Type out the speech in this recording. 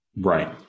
Right